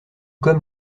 comme